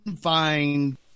find